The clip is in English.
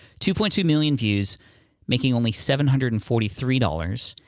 two point two million views making only seven hundred and forty three dollars,